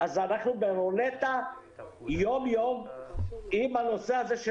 אז אנחנו ברולטה יום-יום עם הנושא הזה של